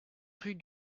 rue